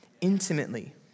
intimately